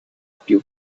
piú